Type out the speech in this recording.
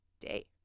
day